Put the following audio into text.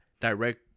direct